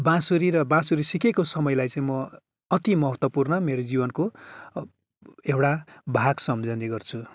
बाँसुरी र बाँसुरी सिकेको समयलाई चाहिँ म अति महत्त्वपूर्ण मेरो जीवनको एउटा भाग सम्झने गर्छु